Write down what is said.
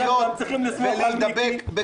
-- לא לרוץ לקלפיות ולהידבק בקורונה.